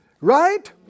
Right